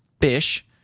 fish